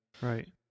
right